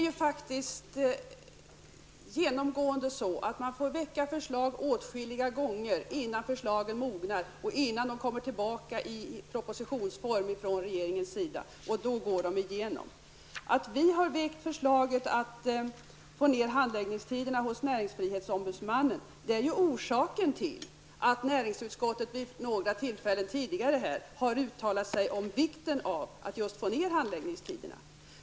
Man får genomgående väcka förslagen åtskilliga gånger innan de mognar och innan de kommer i propositionsform från regeringen. Och då går de igenom. Att vi har väckt förslaget att handläggningstiderna hos näringsfrihetsombudsmannen skall förkortas är orsaken till att näringsutskottet vid några tidigare tillfällen har uttalat sig om vikten av att få förkortade handläggningstider.